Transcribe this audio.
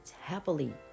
happily